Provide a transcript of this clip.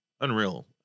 unreal